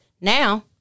Now